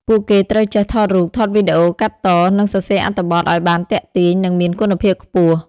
ពួកគេត្រូវចេះថតរូប ថតវីដេអូ កាត់ត និងសរសេរអត្ថបទឱ្យបានទាក់ទាញ និងមានគុណភាពខ្ពស់។